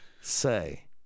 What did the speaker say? say